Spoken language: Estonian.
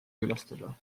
külastada